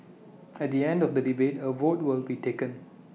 at the end of the debate A vote will be taken